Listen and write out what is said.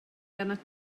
arnat